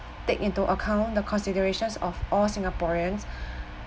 take into account the considerations of all singaporeans